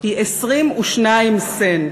היא 22 סנט.